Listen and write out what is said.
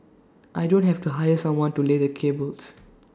I don't have to hire someone to lay the cables